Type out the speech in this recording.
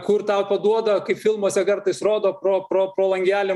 kur tau paduoda kaip filmuose kartais rodo pro pro pro langelį